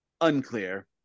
Unclear